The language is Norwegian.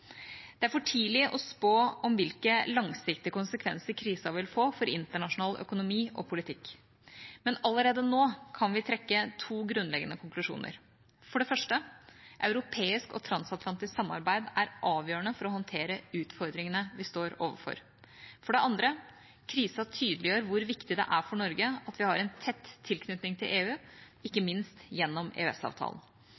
Det er for tidlig å spå om hvilke langsiktige konsekvenser krisen vil få for internasjonal økonomi og politikk. Men allerede nå kan vi trekke to grunnleggende konklusjoner: For det første: Europeisk og transatlantisk samarbeid er avgjørende for å håndtere utfordringene vi står overfor. For det andre: Krisen tydeliggjør hvor viktig det er for Norge at vi har en tett tilknytning til EU, ikke